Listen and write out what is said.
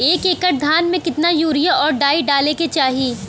एक एकड़ धान में कितना यूरिया और डाई डाले के चाही?